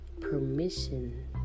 Permission